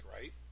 right